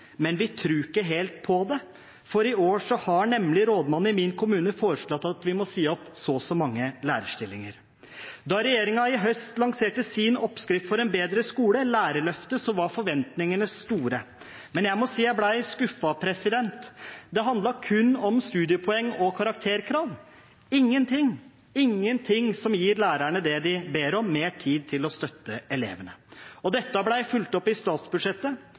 men vi tror ikke helt på det, for i år har nemlig rådmannen i min kommune foreslått at vi må kutte så og så mange lærerstillinger. Da regjeringen i høst lanserte sin oppskrift for en bedre skole, Lærerløftet, var forventningene store. Men jeg må si jeg ble skuffet. Det handlet kun om studiepoeng og karakterkrav, ingenting om det som gir lærerne det de ber om – mer tid til å støtte elevene. Dette ble fulgt opp i statsbudsjettet.